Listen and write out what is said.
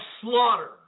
slaughter